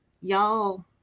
y'all